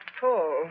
Paul